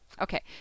Okay